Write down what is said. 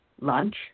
lunch